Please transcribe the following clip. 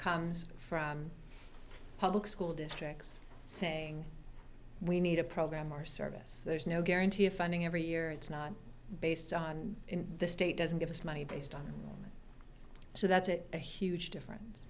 comes from public school districts saying we need a program or service there's no guarantee of funding every year it's not based on the state doesn't give us money based on so that's a huge difference